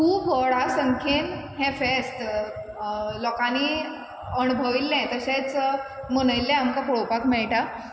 खूब व्हडा संख्येन हें फेस्त लोकांनी अणभविल्लें तशेंच मनयल्लें आमकां पोळोपाक मेयटा